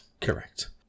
correct